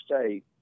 state